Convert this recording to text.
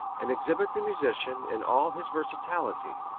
and exhibit the musician in all his versatility,